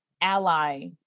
ally